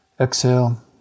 Exhale